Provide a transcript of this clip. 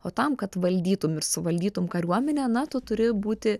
o tam kad valdytum ir suvaldytum kariuomenę na tu turi būti